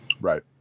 Right